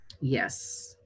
Yes